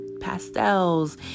pastels